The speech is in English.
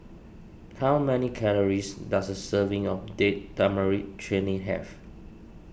how many calories does a serving of Date Tamarind Chutney have